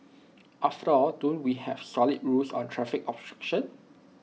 after all don't we have solid rules on traffic obstruction